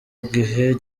igihe